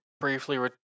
briefly